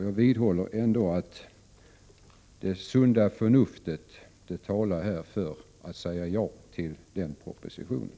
Jag vidhåller att det sunda förnuftet talar för att man skall säga ja till propositionen.